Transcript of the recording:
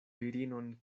virinon